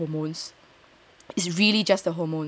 is really just the hormones